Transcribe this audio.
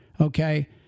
okay